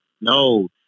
No